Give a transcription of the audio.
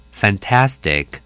fantastic